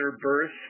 birth